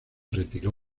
retiró